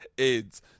AIDS